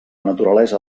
naturalesa